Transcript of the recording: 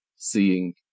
seeing